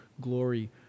glory